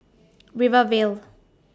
Rivervale